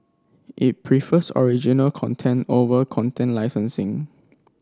it prefers original content over content licensing